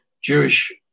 jewish